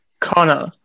Connor